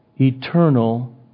eternal